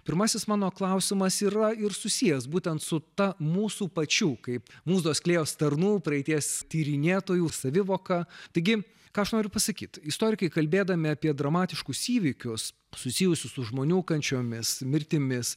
pirmasis mano klausimas yra ir susijęs būtent su ta mūsų pačių kaip mūzos klėjos tarnų praeities tyrinėtojų savivoka taigi ką aš noriu pasakyt istorikai kalbėdami apie dramatiškus įvykius susijusius su žmonių kančiomis mirtimis